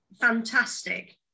fantastic